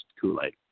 Kool-Aid